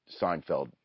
Seinfeld